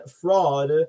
fraud